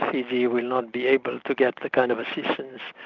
fiji will not be able to get the kind of assistance